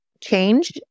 change